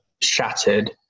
shattered